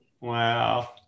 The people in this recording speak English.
Wow